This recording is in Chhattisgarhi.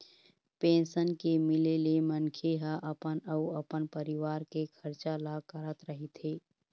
पेंशन के मिले ले मनखे ह अपन अउ अपन परिवार के खरचा ल करत रहिथे